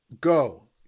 go